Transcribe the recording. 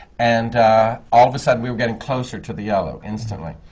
and all of a sudden, we were getting closer to the yellow instantly.